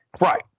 Right